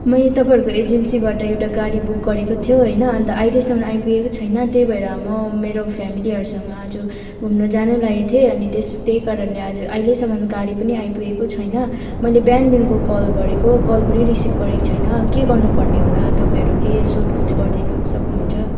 मैले तपाईँहरूको एजेन्सीबाट एउटा गाडी बुक गरेको थियो होइन अन्त अहिलेसम्म आइपुगेको छैन त्यही भएर म मेरो फ्यामिलीहरूसँग आज घुम्न जानलागेको थिएँ अनि त्यस त्यही कारणले आज अहिलेसम्म गाडी पनि आइपुगेको छैन मैले बिहानदेखिको कल गरेको कल पनि रिसिभ गरेको छैन के गर्नुपर्ने होला तपाईँहरू के सोधखोज गरिदिनु सक्नुहुन्छ